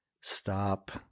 Stop